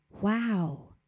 Wow